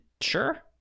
Sure